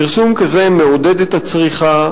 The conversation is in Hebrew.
פרסום כזה מעודד את הצריכה,